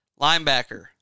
Linebacker